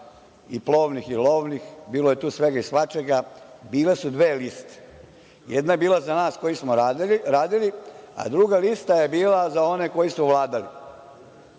i plovnih i lovnih, bilo je tu svega i svačega, bile su dve liste. Jedna je bila za nas koji smo radili, a druga lista je bila za one koji su vladali.